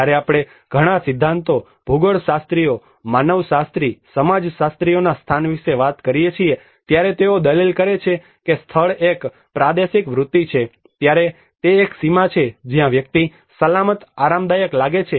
જ્યારે આપણે ઘણા સિદ્ધાંતો ભૂગોળશાસ્ત્રીઓ માનવશાસ્ત્રી સમાજશાસ્ત્રીઓના સ્થાન વિશે વાત કરીએ છીએ ત્યારે તેઓ દલીલ કરે છે કે સ્થળ એક પ્રાદેશિક વૃત્તિ છે ત્યારે તે એક સીમા છે જ્યાં વ્યક્તિ સલામત આરામદાયક લાગે છે